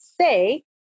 say